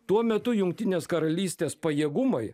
tuo metu jungtinės karalystės pajėgumai